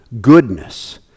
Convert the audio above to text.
goodness